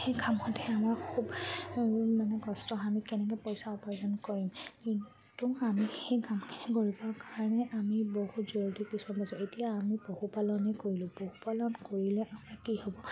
সেই কামতহে আমাৰ খুব মানে কষ্ট হয় আমি কেনেকে পইচা উপাৰ্জন কৰিম কিন্তু আমি সেই কামখিনি কৰিবৰ কাৰণে আমি বহুত জৰুৰী পইচা বচাব লাগিব এতিয়া আমি পশুপালনে কৰিলোঁ পশুপালন কৰিলে আমাৰ কি হ'ব